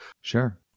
Sure